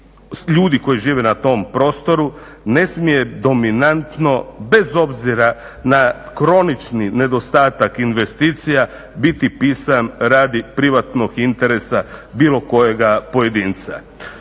ljudi koji žive na tom prostoru, ne smije dominantno bez obzira na kronični nedostatak investicija biti pisan radi privatnog interesa bilo kojega pojedinca.